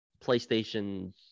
PlayStation